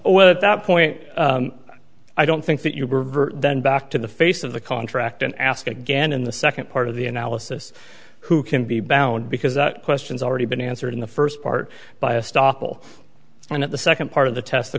well at that point i don't think that you were then back to the face of the contract and ask again in the second part of the analysis who can be bound because that question's already been answered in the first part by a stop will and at the second part of the test the